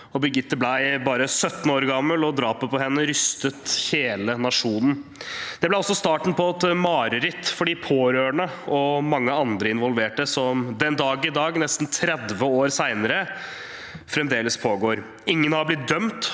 Birgitte ble bare 17 år gammel, og drapet på henne rystet hele nasjonen. Det ble starten på et mareritt for de pårørende og mange andre involverte som den dag i dag, nesten 30 år senere, fremdeles pågår. Ingen har blitt dømt